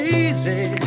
easy